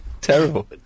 Terrible